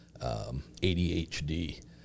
ADHD